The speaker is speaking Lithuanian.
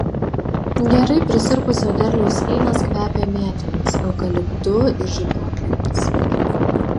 gerai prisirpusio derliaus vynas kvepia mėtomis eukaliptu ir žibuoklėmis